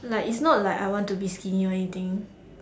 like it's not like I want to be skinny or anything